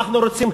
אנחנו רוצים,